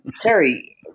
Terry